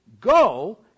go